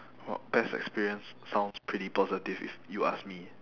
uh best experience sounds pretty positive if you ask me